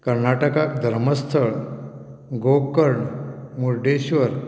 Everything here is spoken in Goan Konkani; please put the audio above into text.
कर्नाटकाक धर्मस्थळ गोकर्ण मुर्डेश्वर